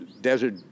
Desert